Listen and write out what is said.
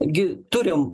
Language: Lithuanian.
gi turim